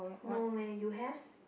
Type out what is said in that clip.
no leh you have